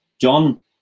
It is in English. John